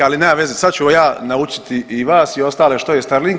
Ali nema veze, sad ću vas ja naučiti i vas i ostale što je Starlink.